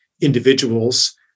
individuals